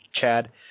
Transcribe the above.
Chad